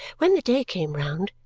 when the day came round,